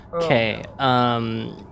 Okay